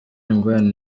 ingorane